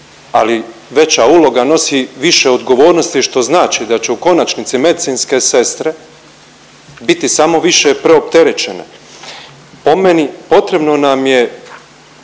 ali veća uloga nosi više odgovornosti, što znači da će u konačnici medicinske sestre biti samo više preopterećene. Po meni potrebno nam je